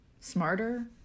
smarter